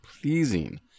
pleasing